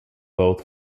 both